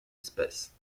espèce